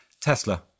Tesla